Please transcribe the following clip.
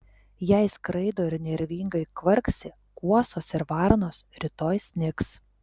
jei skraido ir nervingai kvarksi kuosos ir varnos rytoj snigs